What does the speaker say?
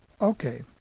Okay